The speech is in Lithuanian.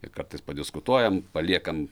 ir kartais padiskutuojam paliekam